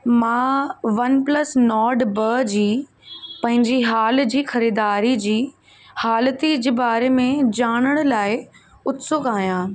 मां OnePlus Nord ॿ जी पंहिंजी हाल जी खरीदारी जी हालति जे बारे में ॼाणण लाइ उत्सुक आहियां